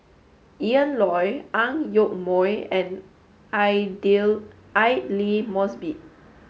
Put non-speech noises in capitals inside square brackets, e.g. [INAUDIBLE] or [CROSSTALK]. Ian Loy Ang Yoke Mooi and [UNINTELLIGIBLE] Aidli Mosbit